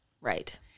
right